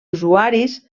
usuaris